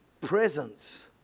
Presence